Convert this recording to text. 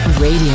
Radio